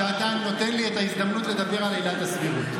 שאתה נותן לי את ההזדמנות לדבר על עילת הסבירות.